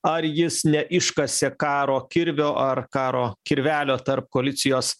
ar jis neiškasė karo kirvio ar karo kirvelio tarp koalicijos